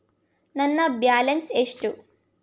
ನನ್ನ ಬ್ಯಾಲೆನ್ಸ್ ಎಷ್ಟು?